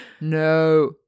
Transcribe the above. No